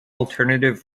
alternate